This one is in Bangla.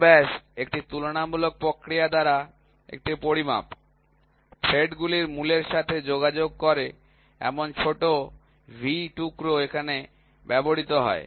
ছোট ব্যাস একটি তুলনামূলক প্রক্রিয়া দ্বারা একটি পরিমাপ থ্রেড গুলির মূলের সাথে যোগাযোগ করে এমন ছোট V টুকরা যেখানে ব্যবহৃত হয়